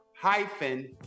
hyphen